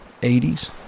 80s